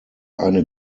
eine